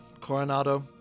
Coronado